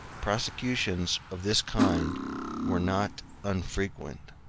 prosecutions of this kind were not unfrequent.